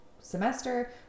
semester